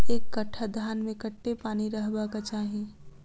एक कट्ठा धान मे कत्ते पानि रहबाक चाहि?